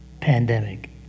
pandemic